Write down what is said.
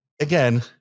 again